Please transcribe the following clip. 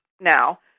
now